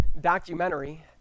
documentary